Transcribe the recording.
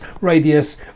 radius